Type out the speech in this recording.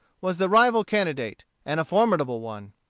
was the rival candidate, and a formidable one.